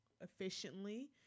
efficiently